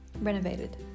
renovated